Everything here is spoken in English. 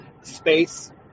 space